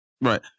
Right